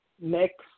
next